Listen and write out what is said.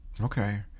Okay